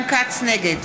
נגד